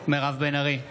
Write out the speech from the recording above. מירב בן ארי,